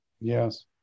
Yes